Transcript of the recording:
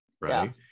right